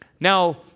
Now